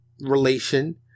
relation